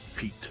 Pete